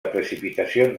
precipitacions